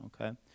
Okay